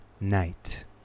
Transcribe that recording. Night